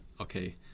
okay